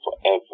forever